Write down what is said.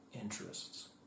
interests